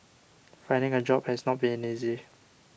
finding a job has not been easy